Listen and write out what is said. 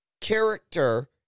character